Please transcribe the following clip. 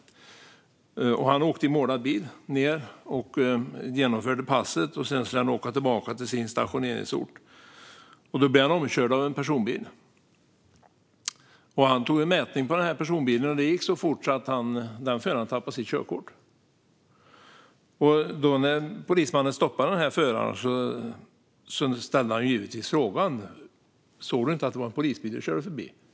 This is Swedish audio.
Han åkte dit i målad bil och genomförde passet. Sedan skulle han åka tillbaka till sin stationeringsort. Då blev han omkörd av en personbil. Han gjorde en mätning av denna personbil. Det gick så fort att den föraren förlorade sitt körkort. När polismannen stoppade denna förare frågade han honom om han inte hade sett att det var en polisbil som han körde förbi.